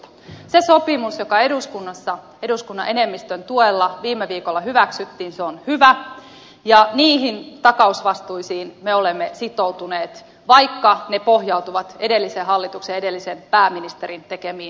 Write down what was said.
se sopimus joka eduskunnassa eduskunnan enemmistön tuella viime viikolla hyväksyttiin on hyvä ja niihin takausvastuisiin me olemme sitoutuneet vaikka ne pohjautuvat edellisen hallituksen ja edellisen pääministerin tekemiin sitoumuksiin